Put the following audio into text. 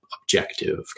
objective